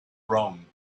wrong